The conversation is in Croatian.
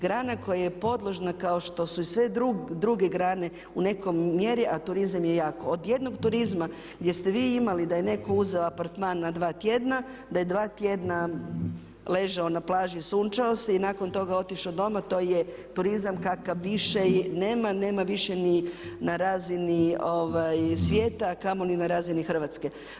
Grana koja je podložna kao što su i sve druge grane u nekoj mjeri a turizam je jako, od jednog turizma gdje ste vi imali da je netko uzeo apartman na dva tjedna, da je dva tjedna ležao na plaži i sunčao se i nakon toga otišao doma, to je turizam kakav više, nema više ni na razini svijeta a kamoli na razini Hrvatske.